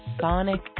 sonic